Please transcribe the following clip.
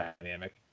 dynamic